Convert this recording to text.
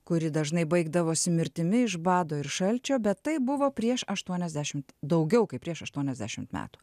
kuri dažnai baigdavosi mirtimi iš bado ir šalčio bet tai buvo prieš aštuoniasdešimt daugiau kaip prieš aštuoniasdešimt metų